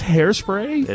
Hairspray